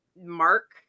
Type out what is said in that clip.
mark